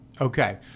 Okay